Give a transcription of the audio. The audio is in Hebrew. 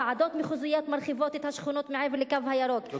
ועדות מחוזיות מרחיבות את השכונות מעבר ל"קו הירוק",